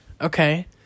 Okay